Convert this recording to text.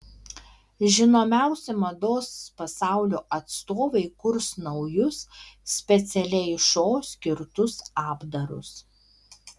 žinomiausi mados pasaulio atstovai kurs naujus specialiai šou skirtus apdarus